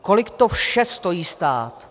Kolik to vše stojí stát?